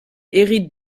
hérite